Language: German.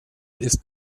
ist